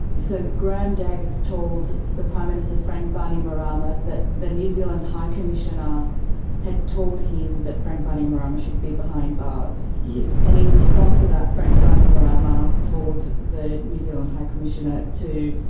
so graham davis told the prime minister frank bainimarama that the new zealand high commissioner had told him that frank bainimarama should be behind bars. yes. and in response to that, frank bainimarama told the new zealand high commissioner to,